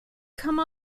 come